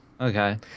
Okay